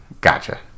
Gotcha